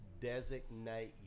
designate